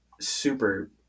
super